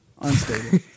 unstable